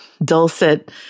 dulcet